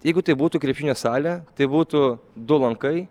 jeigu tai būtų krepšinio salė tai būtų du lankai